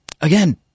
again